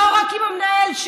לא רק עם המנהל,